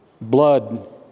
blood